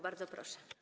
Bardzo proszę.